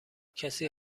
کسی